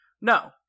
No